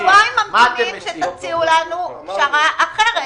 שבועיים אנחנו ממתינים שתציעו לנו פשרה אחרת.